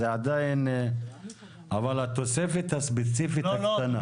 אבל התוספת הספציפית הקטנה --- לא,